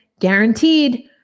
guaranteed